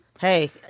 Hey